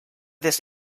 this